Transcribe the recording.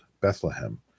Bethlehem